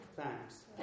thanks